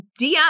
DM